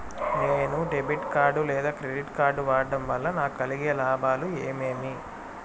నేను debit card లేదా credit card వాడడం వల్ల నాకు కలిగే లాభాలు ఏమేమీ?